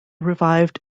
revived